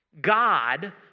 God